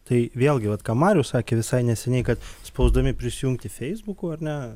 tai vėlgi vat ką marius sakė visai neseniai kad spausdami prisijungti feisbuku ar ne